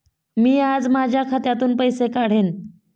मी आज माझ्या खात्यातून पैसे काढेन